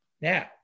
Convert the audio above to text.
Now